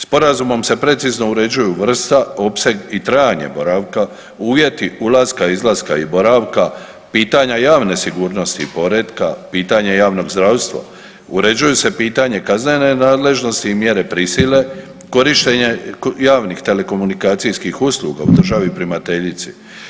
Sporazumom se precizno uređuju vrsta, opseg i trajanje boravka, uvjeti ulaska, izlaska i boravka, pitanja javne sigurnosti poretka, pitanje javnog zdravstva, uređuju se pitanje kaznene nadležnosti i mjere prisile, korištenje javnih telekomunikacijskih usluga u državi primateljici.